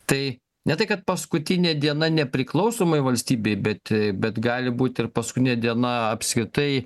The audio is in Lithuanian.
tai ne tai kad paskutinė diena nepriklausomai valstybei bet bet gali būt ir paskunė diena apskritai